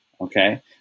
Okay